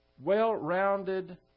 well-rounded